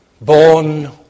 born